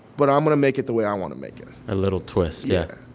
but i'm going to make it the way i want to make it a little twist, yeah.